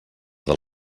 del